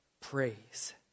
praise